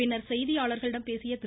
பின்னர் செய்தியாளர்களிடம் பேசிய திரு